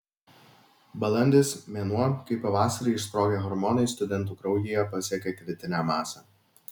balandis mėnuo kai pavasarį išsprogę hormonai studentų kraujyje pasiekia kritinę masę